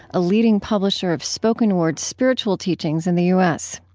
a leading publisher of spoken-word spiritual teachings in the u s.